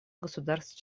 государств